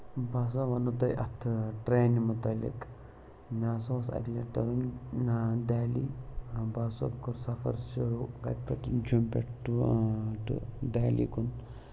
بہٕ ہَسا وَنو تۄہہِ اَتھٕ ٹرٛینہِ متعلق مےٚ ہَسا اوس اَکہِ لَٹہِ تَرُن دہلی بہٕ ہَسا کوٚر سفر شروع کَتہِ پٮ۪ٹھ جوٚمہِ پٮ۪ٹھ ٹُہ ٹُہ دہلی کُن